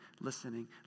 listening